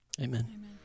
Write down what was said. Amen